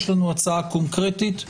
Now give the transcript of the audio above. יש לנו הצעה קונקרטית,